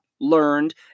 learned